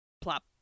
plop